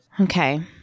Okay